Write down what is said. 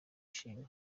ishimwe